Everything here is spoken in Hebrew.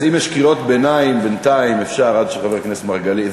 אז אם יש קריאות ביניים אפשר עד שחבר הכנסת מרגלית,